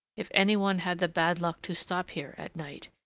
if any one had the bad luck to stop here at night,